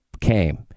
came